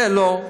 זה לא?